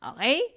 Okay